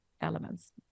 elements